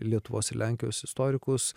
lietuvos ir lenkijos istorikus